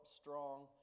strong